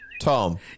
Tom